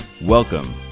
Welcome